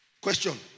Question